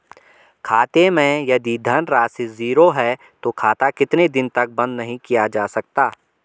खाते मैं यदि धन राशि ज़ीरो है तो खाता कितने दिन तक बंद नहीं किया जा सकता?